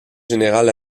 générale